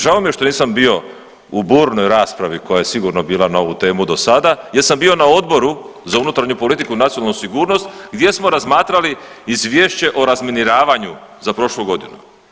Žao mi je što nisam bio u burnoj raspravi koja je sigurno bila na ovu temu do sada jer sam bio na Odboru za unutarnju politiku i nacionalnu sigurnost gdje smo razmatrali Izvješće o razminiravanju za prošlu godinu.